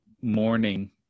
morning